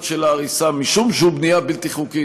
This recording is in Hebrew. של ההריסה משום שהוא בנייה בלתי חוקית,